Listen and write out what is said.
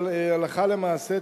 הלכה למעשה,